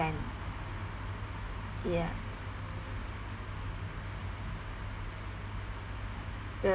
plan ya